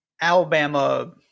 Alabama